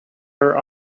her